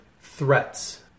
threats